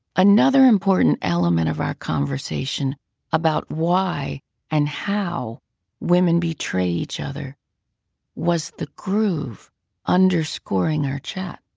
another important element of our conversation about why and how women betray each other was the groove underscoring our chat.